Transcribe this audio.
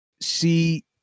see